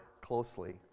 closely